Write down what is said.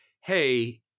hey